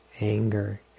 anger